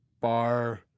bar